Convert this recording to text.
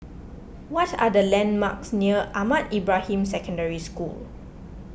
what are the landmarks near Ahmad Ibrahim Secondary School